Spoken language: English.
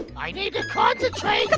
i need to concentrate.